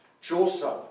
Joseph